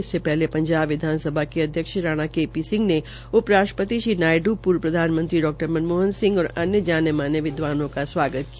इससे पहले पंजाब विधानसभा के अध्यक्ष राणा के पी सिंह ने उपराष्ट्रपति श्री नायडू पूर्व प्रधानमंत्री डॉ मन माहन सिंह और अन्य जाने माने विद्वानों का स्वागत किया